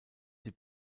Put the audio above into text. sie